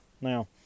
Now